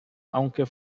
aunque